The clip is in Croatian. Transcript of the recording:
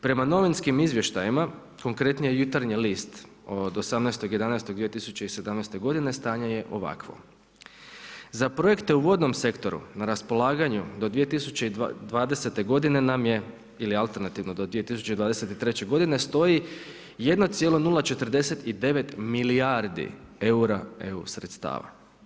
Prema novinskim izvještajima, konkretnije Jutarnji list od 18. 11. 2017. godine stanje je ovakvo – Za projekte u vodnom sektoru na raspolaganju do 2020. godine nam je, ili alternativno do 2023. godine, stoji 1,049 milijardi eura EU sredstava.